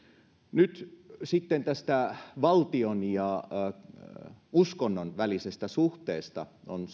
nyt sitten tästä valtion ja uskonnon välisestä suhteesta voin sanoa sen perusteella mikä on